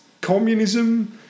Communism